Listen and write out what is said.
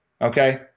Okay